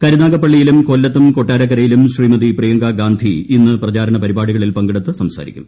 കരുനാഗപ്പള്ളിയിലും കൊല്ലത്തും കൊട്ടാരക്കരയിലും ശ്രീമതി പ്രിയങ്കാഗാന്ധി ഇന്ന് പ്രചാരണ പരിപാടികളിൽ പങ്കെടുത്ത് സംസാരിക്കും